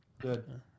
Good